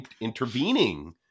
intervening